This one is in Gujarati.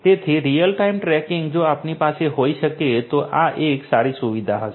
તેથી રીઅલ ટાઇમ ટ્રેકિંગ જો આપણી પાસે હોઈ શકે તો આ એક સારી સુવિધા હશે